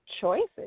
choices